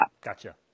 Gotcha